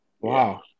Wow